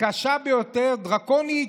קשה ביותר, דרקונית: